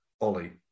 Ollie